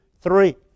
three